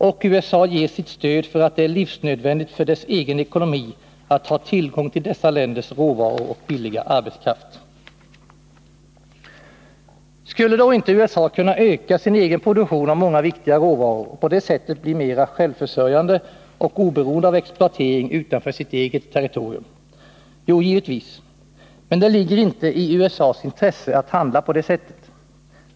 Och USA ger sitt stöd för att det är livsnödvändigt för dess egen ekonomi att ha tillgång till dessa länders råvaror och billiga arbetskraft. Skulle då inte USA kunna öka sin egen produktion av många viktiga råvaror och på det sättet bli mera självförsörjande och oberoende av exploatering utanför sitt eget territorium? Jo, givetvis. Men det ligger inte i USA:s intresse att handla på det sättet.